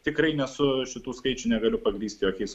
tikrai nesu šitų skaičių negaliu pagrįsti jokiais